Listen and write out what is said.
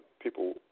people